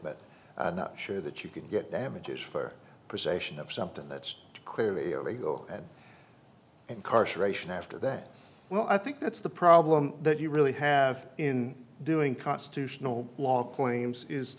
but i'm not sure that you could get damages for possession of something that's clearly a go at incarceration after that well i think that's the problem that you really have in doing constitutional law claims is